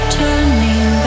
turning